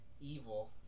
evil